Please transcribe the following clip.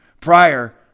prior